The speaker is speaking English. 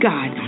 God